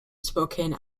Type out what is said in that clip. spokane